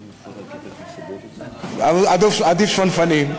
במקרה הזה עדיף שפנפנים.